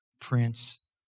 prince